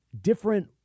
different